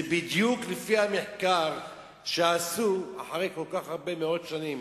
זה בדיוק לפי המחקר שעשו כל כך הרבה מאות שנים